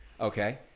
Okay